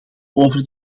over